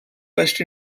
west